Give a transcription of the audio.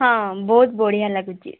ହଁ ବହୁତ ବଢ଼ିଆ ଲାଗୁଛି